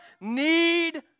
need